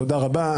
תודה רבה.